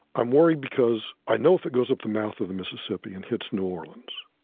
i'm worried because i know if it goes up the mouth of the mississippi and hits new orleans,